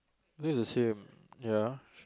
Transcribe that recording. this is the same ya